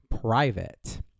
private